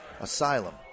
Asylum